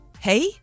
Hey